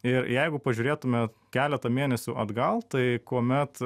ir jeigu pažiūrėtume keletą mėnesių atgal tai kuomet